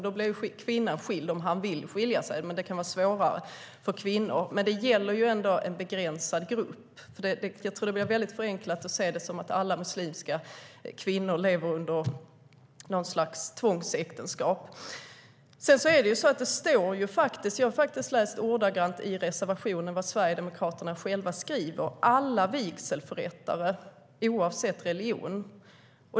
Då blir kvinnan skild om mannen vill skilja sig, men det kan vara svårare för kvinnor. Det gäller ändå en begränsad grupp. Jag tror att det blir alltför förenklat att se det som att alla muslimska kvinnor lever i något slags tvångsäktenskap. Jag har läst i reservationen vad Sverigedemokraterna skriver, att det ska gälla alla vigselförrättare oavsett religion.